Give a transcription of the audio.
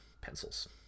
pencils